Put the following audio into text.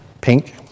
Pink